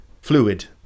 Fluid